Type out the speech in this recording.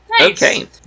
Okay